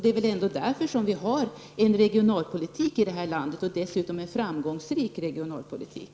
Det är ändå därför som vi har en regionalpolitik i det här landet, dessutom en framgångsrik regionalpolitik.